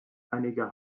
einiger